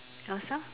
outside